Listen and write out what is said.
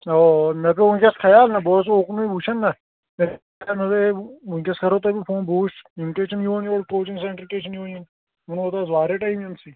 اَوا اَوا مےٚ پیٚو وُنکیٚس خیال نا بہٕ اوسُس اُکنُے وُچھان نا مےٚ مےٚ دوٚپ ہَے وُنکیٚس کٔرو تۅہہِ بہٕ فون بہٕ وُچھٕ یِم کیٛازِ چھِنہٕ یِوان یور کوٗچِنٛگ سینٛٹر کیٛازِ چھِنہٕ یِوان یِم یِمَن ووت اَز واریاہ ٹایم اَز یِنسٕے